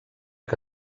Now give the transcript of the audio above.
que